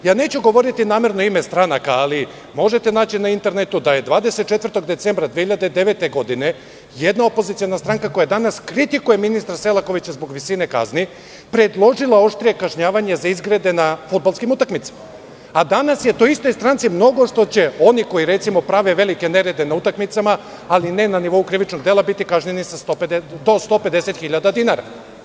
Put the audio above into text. Namerno neću govoriti imena stranaka, ali možete naći na internetu da je 24. decembra 2009. godine jedna opoziciona stranka koja danas kritikuje ministra Selakovića zbog visine kazni predložila oštrije kažnjavanje za izgrede na fudbalskim utakmicama, a danas je toj istoj stranci mnogo što će oni koji, recimo, prave velike nerede na utakmicama, ali ne na nivou krivičnog dela, biti kažnjeni sa do 150.000 dinara.